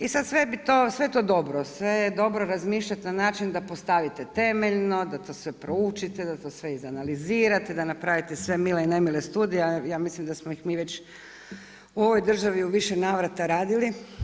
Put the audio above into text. I sada sve je to dobro, sve je dobro razmišljati na način da postavite temeljno, da to sve proučite, da to sve iz analizirate da napravite sve mile i nemile studije, a ja mislim da smo ih mi već u ovoj državi u više navrata radili.